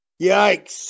Yikes